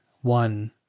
one